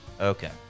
Okay